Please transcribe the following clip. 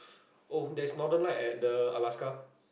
oh that's Northern Light at the Alaska